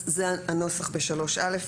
זה הנוסח ב-3(א).